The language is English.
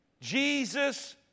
Jesus